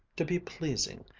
to be pleasing,